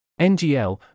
NGL